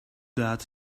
that